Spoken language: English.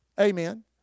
Amen